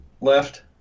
left